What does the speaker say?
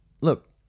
look